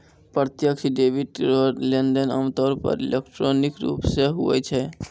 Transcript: प्रत्यक्ष डेबिट रो लेनदेन आमतौर पर इलेक्ट्रॉनिक रूप से हुवै छै